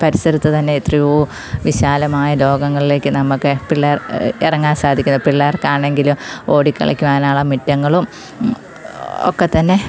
പരിസരത്ത് തന്നെ എത്രയോ വിശാലമായ ലോകങ്ങളിലേക്ക് നമുക്ക് പിള്ളേർ ഇറങ്ങാൻ സാധിക്കുന്ന പിള്ളേർക്കാണെങ്കിലും ഓടിക്കളിക്കുവാനോളം മുറ്റങ്ങളും ഒക്കെത്തന്നെ